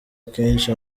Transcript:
akenshi